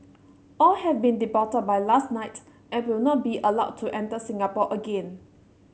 all have been deported by last night and will not be allowed to enter Singapore again